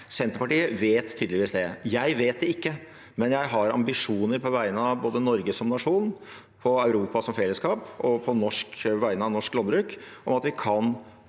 Senterpartiet vet tydeligvis det – jeg vet det ikke, men jeg har ambisjoner på vegne av både Norge som nasjon, Europa som fellesskap og norsk landbruk om at vi kan